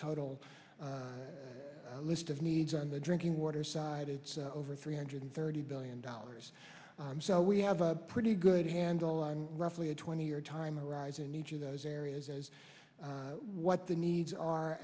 total list of needs on the drinking water side it's over three hundred thirty billion dollars so we have a pretty good handle on roughly a twenty year time horizon each of those areas as what the needs are